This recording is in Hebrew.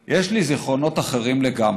יש לי זיכרונות אחרים לגמרי.